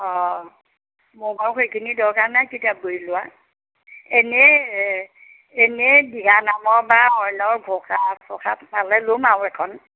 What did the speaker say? অঁ মোৰ বাৰু সেইখিনি দৰকাৰ নাই কিতাপ বহী লোৱা এনেই এনেই দিহা নামৰ বা অন্যৰ ঘোষা পালে ল'ম আৰু এখন